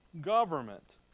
government